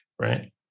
right